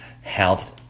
helped